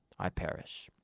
i perish.